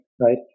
right